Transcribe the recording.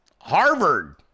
Harvard